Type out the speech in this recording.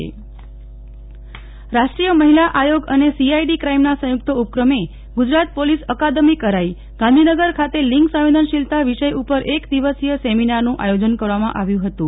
નેહલ ઠક્કર રાષ્ટ્રીય મહિલા આયોગ રાષ્ટ્રીય મહિલા આયોગ અને સીઆઇડી ક્રાઇમના સંયુક્ત ઉપક્રમે ગુજરાત પોલીસ અકાદમી કરાઇ ગાંધીનગર ખાતે લિંગ સંવેદનશીલતા વિષય ઉપર એક દિવસીય સેમિનારનું આયોજન કરવામાં આવ્યું હતું